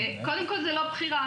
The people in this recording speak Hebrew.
קודם כל זו לא בחירה.